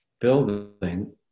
building